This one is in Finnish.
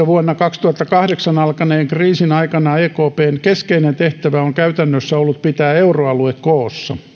vuonna kaksituhattakahdeksan alkaneen kriisin aikana ekpn keskeinen tehtävä on käytännössä ollut pitää euroalue koossa